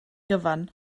gyfan